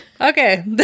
Okay